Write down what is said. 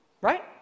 right